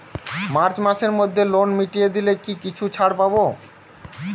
March মাসের মধ্যে loan মিটিয়ে দিলে কি কিছু ছাড় পাব?